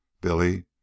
Billy